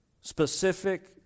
specific